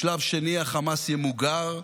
בשלב השני החמאס ימוגר,